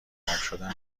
شدن